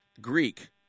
Greek